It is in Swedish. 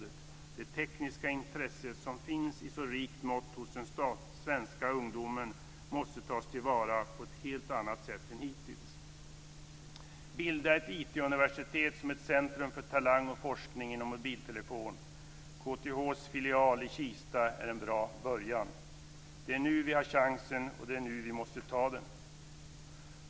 Det tekniska intresset som finns i så rikt mått hos den svenska ungdomen måste tas till vara på ett helt annat sätt än hittills. Bilda ett IT-universitet som ett centrum för talang och forskning inom mobiltelefoni! KTH:s filial i Kista är en bra början. Det är nu vi har chansen, och det är nu vi måste ta den.